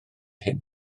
hyn